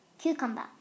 Cucumber